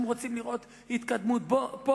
הם רוצים לראות התקדמות פה,